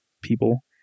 people